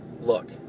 look